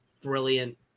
brilliant